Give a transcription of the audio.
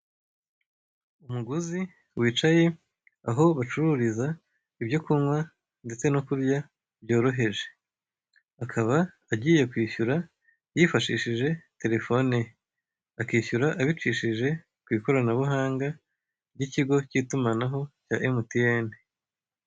Umuguzi wicaye aho bacururiza ibyo kunywa n'ibyo kurya byorohereje akaba agiye kwishyura yifashishije telefone ye, akishyura abikishije ku ikorabuhanga ry'ikigo cy'itumanaho cya emutiyene.